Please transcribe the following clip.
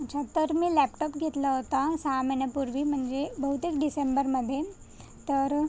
झत्तर मी लॅपटाॅप घेतला होता सहा महिन्यापूर्वी म्हणजे बहुतेक डिसेंबरमध्ये तर